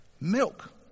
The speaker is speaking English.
milk